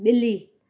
ॿिली